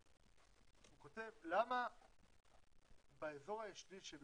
הוא כותב: למה באזור האישי שלי,